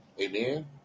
Amen